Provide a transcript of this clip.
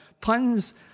puns